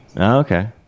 Okay